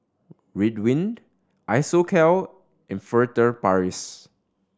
Ridwind Isocal and Furtere Paris